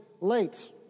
late